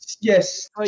Yes